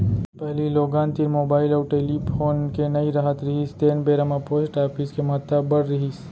पहिली लोगन तीर मुबाइल अउ टेलीफोन के नइ राहत रिहिस तेन बेरा म पोस्ट ऑफिस के महत्ता अब्बड़ रिहिस